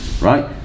Right